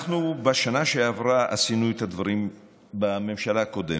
אנחנו בשנה שעברה עשינו את הדברים בממשלה הקודמת: